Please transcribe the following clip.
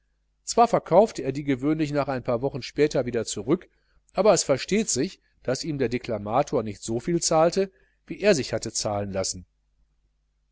zwar verkaufte er die gewöhnlich ein paar wochen später zurück aber es versteht sich daß ihm der deklamator nicht so viel zahlte wie er sich hatte zahlen lassen